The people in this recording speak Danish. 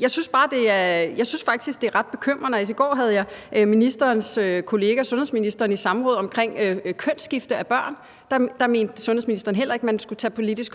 Jeg synes faktisk, det er ret bekymrende. I går havde jeg ministerens kollega sundhedsministeren i samråd om kønsskifte af børn. Der mente sundhedsministeren heller ikke at man skulle tage politisk